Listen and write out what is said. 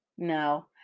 No